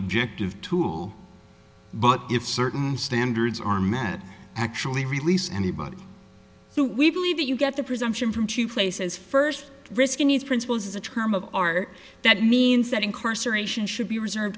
objective tool but if certain standards are met actually release anybody who we believe that you get the presumption from two places first risking these principles is a term of art that means that incarceration should be reserved